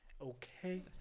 Okay